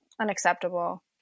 unacceptable